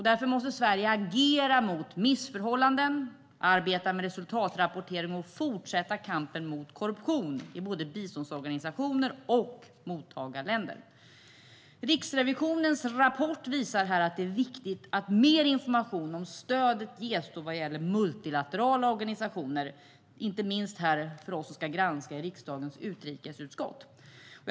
Därför måste Sverige agera mot missförhållanden, arbeta med resultatrapportering och fortsätta kampen mot korruption i både biståndsorganisationer och mottagarländer. Riksrevisionens rapport visar att det är viktigt att mer information om stödet ges vad gäller multilaterala organisationer. Det gäller inte minst för oss i riksdagens utrikesutskott som ska granska.